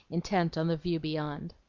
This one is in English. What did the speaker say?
intent on the view beyond.